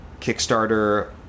Kickstarter